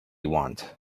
want